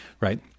right